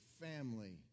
family